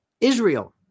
Israel